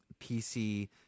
PC